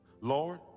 Lord